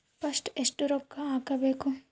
First ಎಷ್ಟು ರೊಕ್ಕ ಹಾಕಬೇಕು?